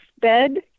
bed